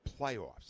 playoffs